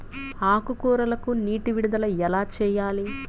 ఆకుకూరలకు నీటి విడుదల ఎలా చేయాలి?